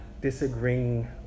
disagreeing